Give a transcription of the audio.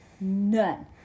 none